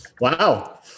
Wow